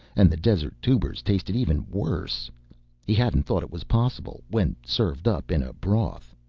and the desert tubers tasted even worse he hadn't thought it was possible when served up in a broth.